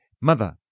Mother